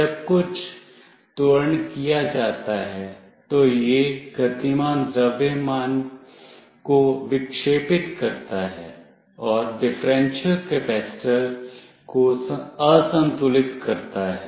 जब कुछ त्वरण किया जाता है तो यह गतिमान द्रव्यमान को विक्षेपित करता है और डिफरेंशियल कैपेसिटर को असंतुलित करता है